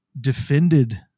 defended